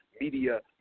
media